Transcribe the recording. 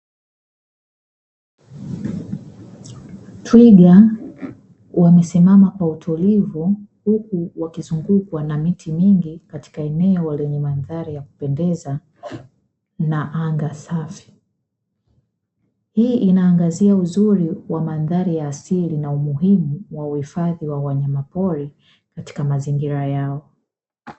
Twiga wamesimama kwa utulivu huku, wakizungukwa na miti mingi katika eneo lenye mandhari ya kupendeza na anga safi. Hii inaangazia uzuri wa mandhari ya asili na umuhimu wa uhifadhi wa wanyamapori katika mazingira yao.